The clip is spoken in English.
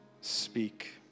Speak